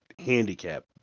handicap